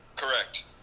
Correct